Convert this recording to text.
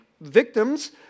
victims